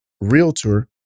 realtor